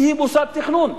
כי היא מוסד תכנון.